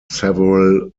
several